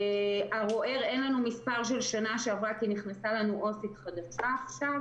ערוער אין לנו מספר של שנה שעברה כי נכנסה לנו עו"סית חדשה עכשיו,